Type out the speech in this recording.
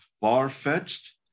far-fetched